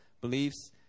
beliefs